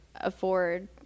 afford